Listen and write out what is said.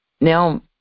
Now